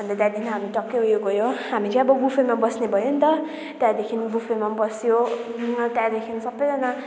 अन्त त्यहाँदेखि हामी टकै उयो गयो हामी चाहिँ अब बुफेमा बस्ने भयो नि त त्यहाँदेखि बुफेमा बस्यो त्यहाँदेखि सबैजना